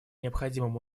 необходимым